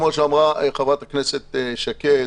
כמו שאמרה חברת הכנסת שקד,